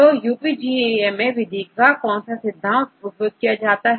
तोUPGMA विधि में कौन सा सिद्धांत उपयोग होता है